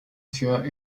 für